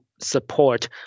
support